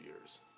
years